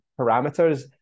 parameters